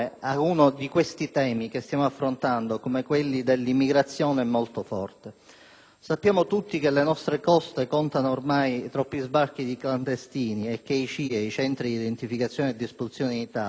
Sappiamo tutti che le nostre coste contano ormai troppi sbarchi di clandestini e che i CIE (Centri di identificazione e di espulsione) in Italia, soprattutto nel periodo estivo, sono al limite della loro capacità di accoglienza.